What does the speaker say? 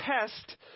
test